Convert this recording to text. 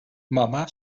mamá